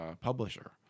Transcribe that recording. publisher